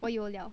我有了